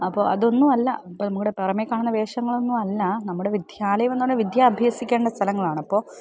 അപ്പം അതൊന്നുമല്ല ഇപ്പം നമ്മുടെ പറമേ കാണുന്ന വേഷങ്ങളൊന്നും അല്ല നമ്മുടെ വിദ്യാലയം എന്നു പറഞ്ഞാൽ വിദ്യ അഭ്യസിക്കേണ്ട സ്ഥലങ്ങളാണ് അപ്പോൾ